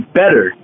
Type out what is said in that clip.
better